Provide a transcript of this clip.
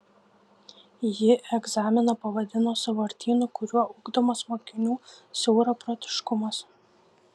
ji egzaminą pavadino sąvartynu kuriuo ugdomas mokinių siauraprotiškumas